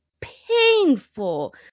painful